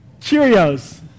Cheerios